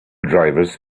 drivers